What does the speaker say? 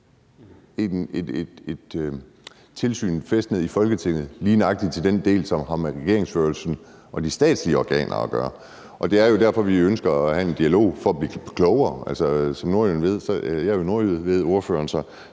et tilsyn fæstnet i Folketinget lige nøjagtig til den del, som har med regeringsførelsen og de statslige organer at gøre. Det er jo derfor, vi ønsker at have en dialog. Det er for at blive klogere. Jeg er nordjyde, ved ordføreren,